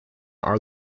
are